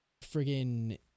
friggin